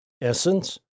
essence